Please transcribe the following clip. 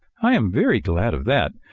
i am very glad of that,